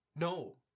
No